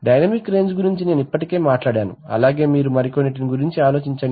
dynamic range గురించి నేను ఇప్పటికే మాట్లాడాను అలాగే మీరు మరికొన్నిటి గురించి ఆలోచించండి